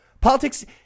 Politics